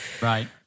Right